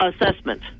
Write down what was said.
assessment